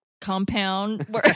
Compound